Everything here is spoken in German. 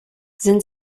sind